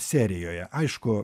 serijoje aišku